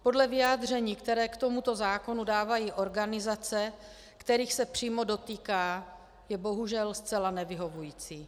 Podle vyjádření, která k tomuto zákonu dávají organizace, kterých se přímo dotýká, je bohužel zcela nevyhovující.